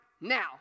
now